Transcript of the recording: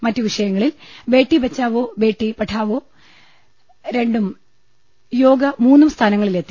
മറ്റുവിഷയങ്ങളിൽ ബേട്ടി ബച്ചാവോ ബേട്ടി പഠാവോ രണ്ടും യോഗ മൂന്നും സ്ഥാനങ്ങളിൽ എത്തി